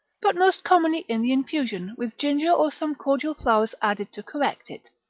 but most commonly in the infusion, with ginger, or some cordial flowers added to correct it.